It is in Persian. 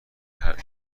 حرکت